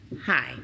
Hi